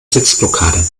sitzblockade